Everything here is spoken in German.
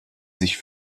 sich